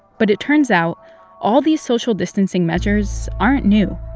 but it turns out all these social distancing measures aren't new.